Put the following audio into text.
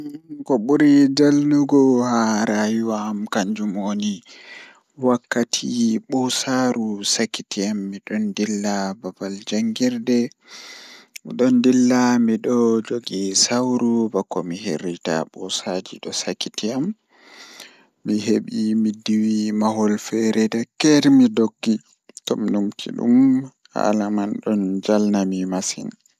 Ko ɓuri Jalnuki haa rayuwa am kannjum woni wakkati ɓoosaaru sakitii am Nde mi waɗi ɗum, mi ngoni jooɗi e hoore sabu miɗo ɗum faama. O waɗi miɗo waawi hokka caɗeele kadi mi wi'ude goɗɗum ngal.